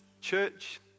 Church